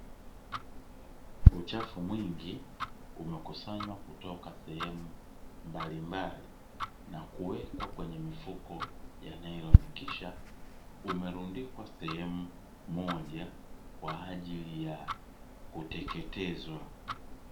Uchafu mwingi umekusanywa kutoka sehemu mbalimbali na kuwekwa kwenye mifuko ya nailoni kisha umerundikwa sehemu moja kwa ajii ya kuteketezwa.